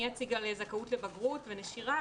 אני אציג על זכאות לבגרות ונשירה,